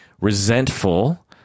resentful